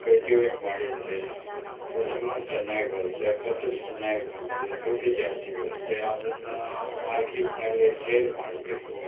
cultivate ಮಾಡಿದರೆ ಫಸಲೂ ಚೆನ್ನಾಗಿ ಬರುತ್ತೆ ಫಸಲು ಚೆನ್ನಾಗಿ ಬಂದರೆ ದುಡ್ಡು ಜಾಸ್ತಿ ಬರುತ್ತೆ ಅದನ್ನು ಮಾರ್ಕೆಟ್ನಲ್ಲೆ ಸೇಲ್ ಮಾಡಬೇಕು